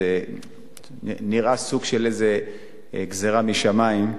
זה נראה סוג של גזירה משמים,